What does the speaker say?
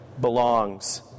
belongs